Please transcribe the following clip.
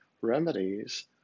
remedies